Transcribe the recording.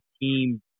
team